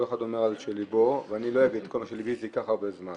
כל אחד אומר מה שעל ליבו ואני לא אגיד כל מה שעל ליבי זה ייקח הרבה זמן.